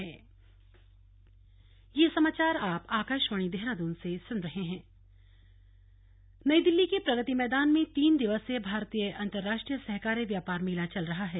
सहकारी मेला दिल्ली नई दिल्ली के प्रगति मैदान में तीन दिवसीय भारतीय अन्तर्राष्ट्रीय सहकारी व्यापार मेला चल रहा है